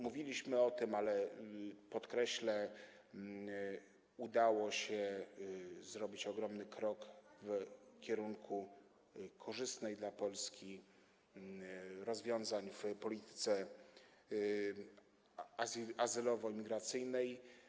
Mówiliśmy o tym, ale to podkreślę, że udało się zrobić ogromny krok w kierunku korzystnych dla Polski rozwiązań w polityce azylowo-migracyjnej.